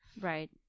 right